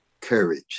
courage